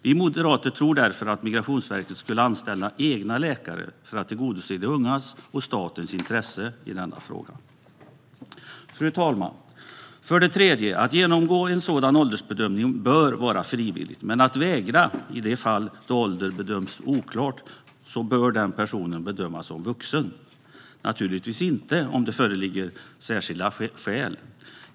Vi moderater tror därför att det vore bra om Migrationsverket anställer egna läkare för att tillgodose de ungas och statens intressen i denna fråga. För det tredje, fru talman, bör det vara frivilligt att genomgå en sådan åldersbedömning. Men om någon vägrar, i ett fall då åldern bedöms som oklar, bör den personen bedömas som vuxen. Detta gäller naturligtvis inte om det föreligger särskilda skäl att vägra.